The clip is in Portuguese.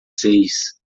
seis